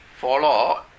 follow